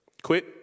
Quit